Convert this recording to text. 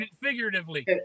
figuratively